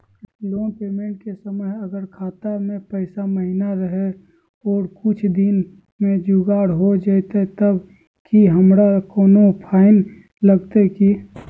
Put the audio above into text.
Loan payment के समय अगर खाता में पैसा महिना रहै और कुछ दिन में जुगाड़ हो जयतय तब की हमारा कोनो फाइन लगतय की?